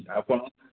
ଆଉ କ'ଣ